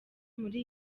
muri